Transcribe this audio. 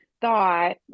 thought